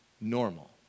normal